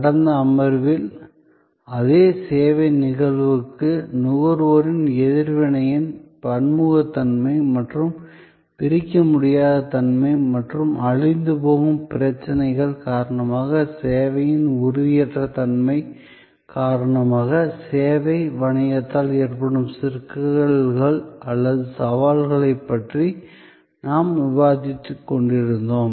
கடந்த அமர்வில் அதே சேவை நிகழ்வுக்கு நுகர்வோர் எதிர்வினையின் பன்முகத்தன்மை மற்றும் பிரிக்க முடியாத தன்மை மற்றும் அழிந்துபோகும் பிரச்சினைகள் காரணமாக சேவையின் உறுதியற்ற தன்மை காரணமாக சேவை வணிகத்தால் ஏற்படும் சிக்கல்கள் அல்லது சவால்களைப் பற்றி நாங்கள் விவாதித்துக் கொண்டிருந்தோம்